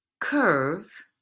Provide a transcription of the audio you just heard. Curve